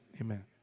Amen